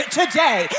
today